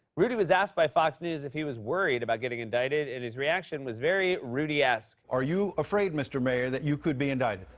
rudy was asked by fox news if he was worried about getting indicted and his reaction was very rudy-esque. are you afraid, mr. mayor, that you could be indicted?